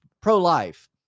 pro-life